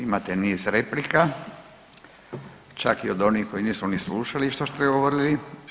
Imate niz replika, čak i od onih koji nisu ni slušali što ste govorili.